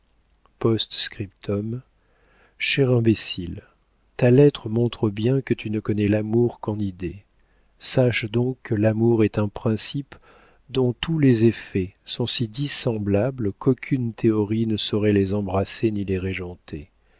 p s chère imbécile ta lettre montre bien que tu ne connais l'amour qu'en idée sache donc que l'amour est un principe dont tous les effets sont si dissemblables qu'aucune théorie ne saurait les embrasser ni les régenter